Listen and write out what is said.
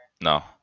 No